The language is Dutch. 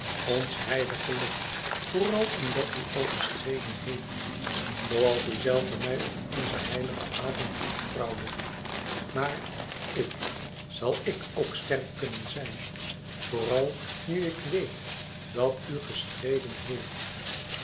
ons heilig geluk vooral omdat u al gestreden heeft zooals uzelve mij op onzen heiligen avond toevertrouwde maar ik zal ik ook sterk kunnen zijn vooral nu ik wéet dàt u gestreden heeft